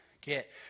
get